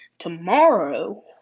tomorrow